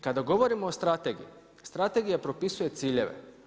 Kada govorimo o strategiji, strategija propisuje ciljeve.